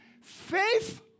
faith